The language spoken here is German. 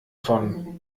von